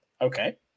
Okay